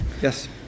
Yes